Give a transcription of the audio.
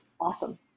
awesome